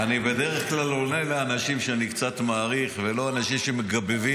אני בדרך כלל עונה לאנשים שאני קצת מעריך ולא לאנשים שמגבבים,